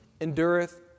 endureth